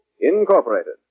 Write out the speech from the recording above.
Incorporated